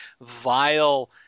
vile